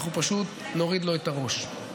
אנחנו פשוט נוריד לו את הראש.